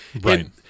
Right